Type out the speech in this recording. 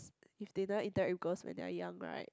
if they don't interact with girls when they're young right